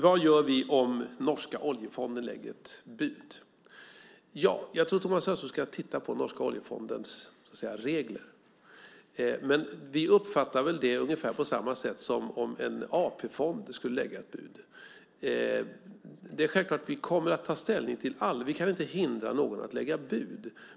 Vad gör vi om den norska oljefonden lägger ett bud? Jag tycker att Thomas Östros ska titta på den norska oljefondens regler. Vi uppfattar det på ungefär samma sätt som om en AP-fond skulle lägga ett bud. Vi kan inte hindra någon att lägga ett bud.